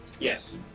Yes